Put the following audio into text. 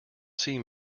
seem